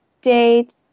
date